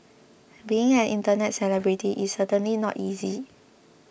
being an internet celebrity is certainly not easy